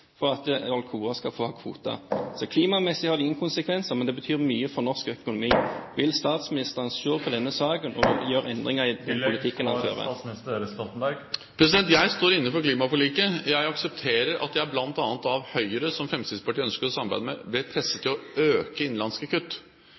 for at Alcoa skal få ha kvoter. Klimamessig har det ingen konsekvenser, men det betyr mye for norsk økonomi. Vil statsministeren se på denne saken for å gjøre endringer i … Jeg står inne for klimaforliket. Jeg aksepterer at jeg bl.a. av Høyre – som Fremskrittspartiet ønsker å samarbeide med